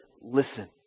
listen